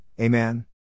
Amen